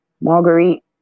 Marguerite